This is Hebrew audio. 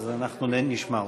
אז אנחנו נשמע אותה.